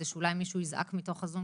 על מנת שאולי מישהו יזעק מתוך הזום